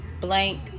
blank